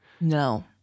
No